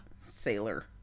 sailor